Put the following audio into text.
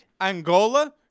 Angola